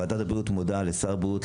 וועדת הבריאות מודה לשר הבריאות,